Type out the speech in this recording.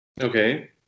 okay